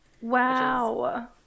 Wow